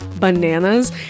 bananas